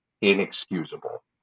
inexcusable